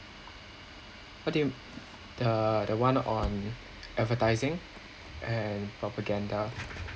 what do you the the one on advertising and propaganda